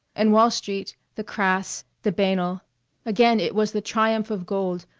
and wall street, the crass, the banal again it was the triumph of gold,